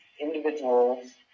individuals